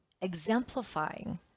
exemplifying